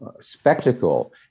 spectacle